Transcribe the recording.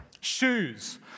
Shoes